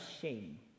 shame